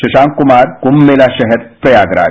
शशांक कुमार कुम्भ मेला शहर प्रयागराज